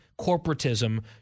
corporatism